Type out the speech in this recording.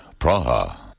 Praha